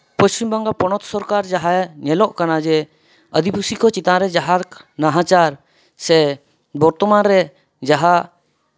ᱯᱚᱥᱪᱤᱢᱵᱚᱝᱜᱚ ᱯᱚᱱᱚᱛ ᱥᱚᱨᱠᱟᱨ ᱡᱟᱦᱟᱸ ᱧᱮᱞᱚᱜ ᱠᱟᱱᱟ ᱡᱮ ᱟᱹᱫᱤᱵᱟᱹᱥᱤ ᱠᱚ ᱪᱮᱛᱟᱱ ᱨᱮ ᱡᱟᱦᱟᱸ ᱱᱟᱦᱟᱪᱟᱨ ᱥᱮ ᱵᱚᱨᱛᱚᱢᱟᱱ ᱨᱮ ᱡᱟᱦᱟᱸ